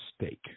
steak